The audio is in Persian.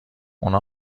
اونا